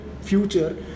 future